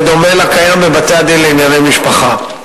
בדומה לקיים בבתי-הדין לענייני משפחה.